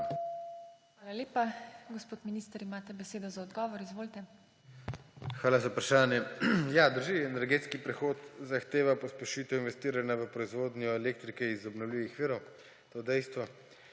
Hvala lepa. Gospod minister, imate besedo za odgovor. Izvolite. **JERNEJ VRTOVEC:** Hvala za vprašanje. Ja, drži. Energetski prehod zahteva pospešitev investiranja v proizvodnjo elektrike iz obnovljivih virov. To je dejstvo.